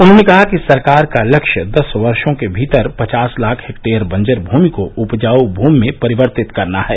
उन्होंने कहा कि सरकार का लक्ष्य दस वर्षों के भीतर पचास लाख हेक्टेयर बंजर भूमि को उपजाऊ भूमि में परिवर्तर्तित करना है